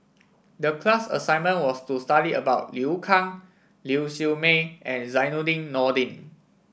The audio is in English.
the class assignment was to study about Liu Kang Lau Siew Mei and Zainudin Nordin